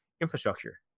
infrastructure